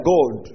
God